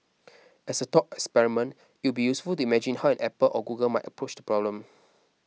as a thought experiment it would be useful to imagine how an Apple or Google might approach the problem